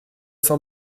sans